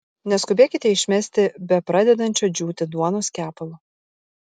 neskubėkite išmesti bepradedančio džiūti duonos kepalo